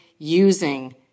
using